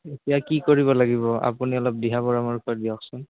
এতিয়া কি কৰিব লাগিব আপুনি অলপ দিহা পৰামৰ্শ দিয়কচোন